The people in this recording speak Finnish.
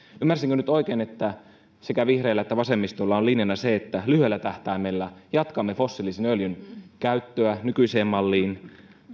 ymmärsinkö nyt oikein että sekä vihreillä että vasemmistolla on linjana se että lyhyellä tähtäimellä jatkamme fossiilisen öljyn käyttöä nykyiseen malliin